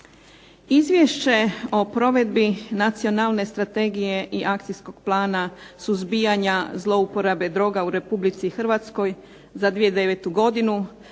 Izvješće o provedbi Nacionalne strategije i Akcijskog plana suzbijanja zlouporabe droga u Republici Hrvatskoj za 2009. godinu